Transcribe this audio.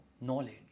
knowledge